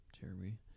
jeremy